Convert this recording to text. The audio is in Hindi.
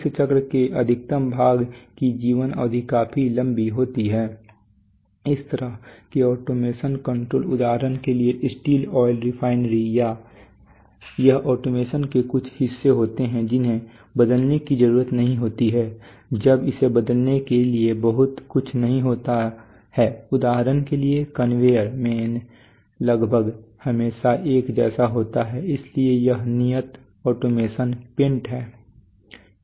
इस चक्र के अधिकतम भाग की जीवन अवधि काफी लंबी होती है इस तरह के ऑटोमेशन कंट्रोल उदाहरण के लिए स्टील ऑयल रिफाइनरी हैं यह ऑटोमेशन के कुछ हिस्से होते हैं जिन्हें बदलने की जरूरत नहीं होती है जब इसे बदलने के लिए बहुत कुछ नहीं होता है उदाहरण के लिए कन्वेयर मेन लगभग हमेशा एक जैसा होता है इसलिए यह नियत ऑटोमेशन पेंट है